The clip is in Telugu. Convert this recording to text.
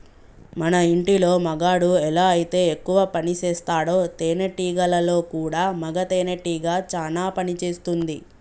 మన ఇంటిలో మగాడు ఎలా అయితే ఎక్కువ పనిసేస్తాడో తేనేటీగలలో కూడా మగ తేనెటీగ చానా పని చేస్తుంది